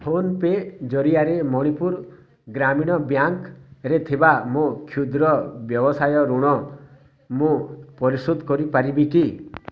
PhonePe ଜରିଆରେ ମଣିପୁର ଗ୍ରାମୀଣ ବ୍ୟାଙ୍କ୍ରେ ଥିବା ମୋ କ୍ଷୁଦ୍ର ବ୍ୟବସାୟ ଋଣ ମୁଁ ପରିଶୋଧ କରିପାରିବି କି